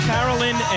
Carolyn